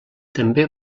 també